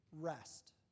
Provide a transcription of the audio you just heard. rest